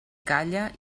calla